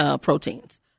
proteins